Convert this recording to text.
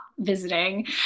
visiting